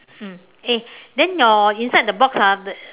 mm eh then your inside the box ah the